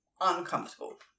uncomfortable